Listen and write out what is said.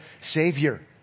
savior